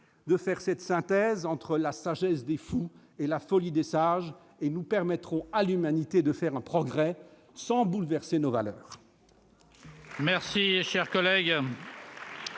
d'opérer cette synthèse entre la sagesse des fous et la folie des sages, et nous permettrons à l'humanité de faire un progrès sans bouleverser nos valeurs